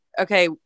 okay